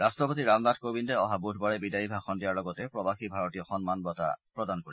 ৰাষ্ট্ৰপতি ৰামনাথ কোবিন্দে অহা বুধবাৰে বিদায়ী ভাষণ দিয়াৰ লগতে প্ৰবাসী ভাৰতীয় সন্মান বঁটা প্ৰদান কৰিব